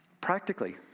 Practically